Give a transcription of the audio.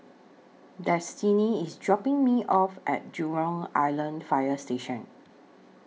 Destini IS dropping Me off At Jurong Island Fire Station